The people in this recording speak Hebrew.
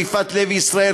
יפעת לוי ישראל,